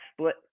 split